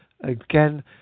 again